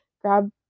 grab